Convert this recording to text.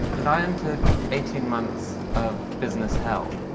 and i entered eighteen months of business hell.